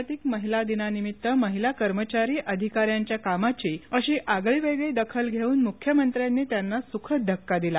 जागतिक महिला दिनानिमित्त महिला कर्मचारी अधिकाऱ्यांच्या कामाची अशी आगळीवेगळी दखल घेऊन मुख्यमंत्र्यांनी त्यांना सुखद धक्का दिला